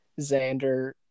Xander